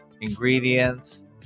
ingredients